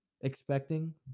expecting